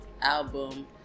album